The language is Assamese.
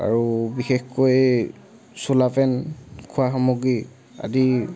আৰু বিশেষকৈ চোলা পেণ্ট খোৱা সামগ্ৰী আদি